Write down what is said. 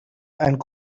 and